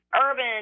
urban